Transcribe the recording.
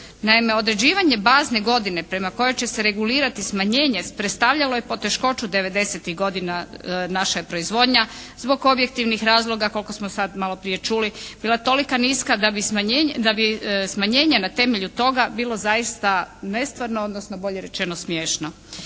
Naime određivanje bazne godine prema kojoj će se regulirati smanjenje, predstavljalo je poteškoću 90-tih godina naša proizvodnja zbog objektivnih razloga koliko smo sada malo prije čuli, bila toliko niska da bi smanjenje na temelju toga bilo zaista nestvarno, odnosno bolje rečeno smiješno.